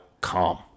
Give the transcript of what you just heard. calm